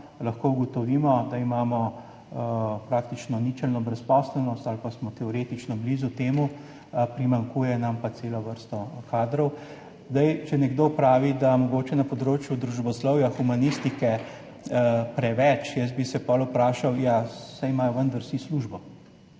lahko ugotovimo, da imamo praktično ničelno brezposelnost ali pa smo teoretično blizu temu, primanjkuje nam pa cela vrsta kadrov. Če nekdo pravi, da je mogoče na področju družboslovja, humanistike preveč, jaz bi se potem vprašal, ja saj imajo vendar vsi službo.